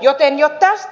joten jo tästä